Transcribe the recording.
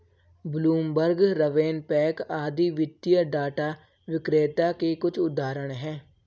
Bloomberg, RavenPack आदि वित्तीय data विक्रेता के कुछ उदाहरण हैं